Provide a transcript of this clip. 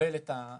לקבל את הסיוע.